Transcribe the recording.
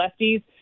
lefties